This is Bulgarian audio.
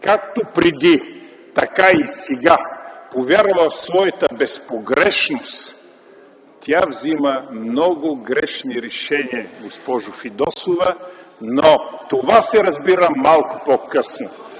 както преди, така и сега повярва в своята безпогрешност, тя взема много грешни решения, госпожо Фидосова, но това се разбира малко по-късно.